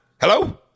hello